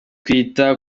kwita